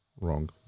wrong